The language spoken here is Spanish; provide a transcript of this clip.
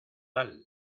mortal